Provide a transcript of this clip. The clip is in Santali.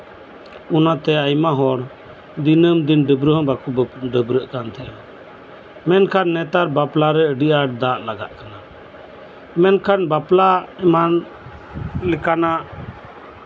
ᱚᱱᱟᱛᱮ ᱟᱭᱢᱟ ᱦᱚᱲ ᱫᱤᱱᱟᱹᱢ ᱫᱤᱱ ᱰᱟᱹᱵᱽᱨᱟᱹᱜ ᱦᱚᱸ ᱵᱟᱠᱚ ᱰᱟᱹᱵᱽᱨᱟᱹᱜ ᱠᱟᱱ ᱛᱟᱦᱮᱸᱫᱼᱟ ᱢᱮᱱᱠᱷᱟᱱ ᱱᱮᱛᱟᱨ ᱵᱟᱯᱞᱟᱨᱮ ᱟᱹᱰᱤ ᱟᱸᱴ ᱫᱟᱜ ᱞᱟᱜᱟᱜ ᱠᱟᱱᱟ ᱢᱮᱱᱠᱷᱟᱱ ᱵᱟᱯᱞᱟ ᱮᱢᱟᱱᱟᱜ ᱞᱮᱠᱟᱱᱟᱜ